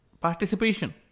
participation